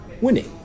winning